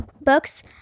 books